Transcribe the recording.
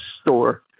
store